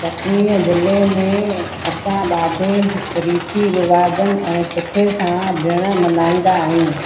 कटनीअ ज़िले में असां ॾाढे रीती रिवाज़नि ऐं सुठे सां ॾिणु मल्हाईंदा आहियूं